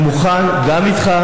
אני מוכן גם איתך.